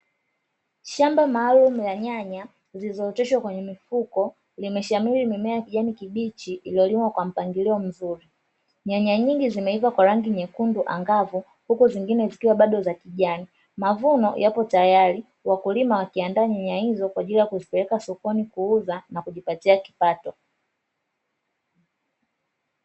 Shamba maalumu la nyanya zilizooteshwa kwenye mifuko limeshamiri mimea ya kijani kibichi iliyolimwa kwa mpangilio mzuri. Nyanya nyingi zimeiva kwa rangi nyekundu angavu huku zingine zikiwa bado za kijani. Mavuno yapo tayari, wakulima wakiandaa nyanya hizo kwa ajili ya kuzipeleka sokoni kuuza na kujipatia kipato.